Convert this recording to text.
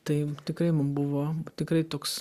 tai tikrai mum buvo tikrai toks